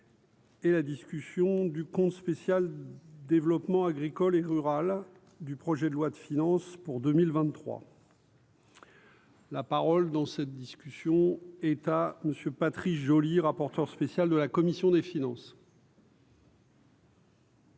Et la discussion du compte spécial développement agricole et rural du projet de loi de finances pour 2023. La parole dans cette discussion est à monsieur Patrice Joly, rapporteur spécial de la commission des finances.